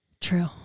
True